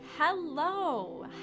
Hello